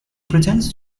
pretends